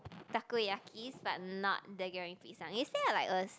takoyakis but not the Goreng-Pisang yesterday I like was